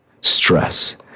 stress